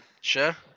Sure